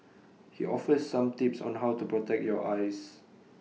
he offers some tips on how to protect your eyes